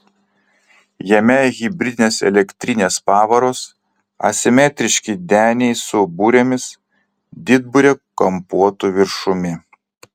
jame hibridinės elektrinės pavaros asimetriški deniai su burėmis didburė kampuotu viršumi